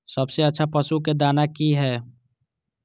सबसे अच्छा पशु के दाना की हय?